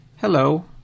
hello